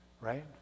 Right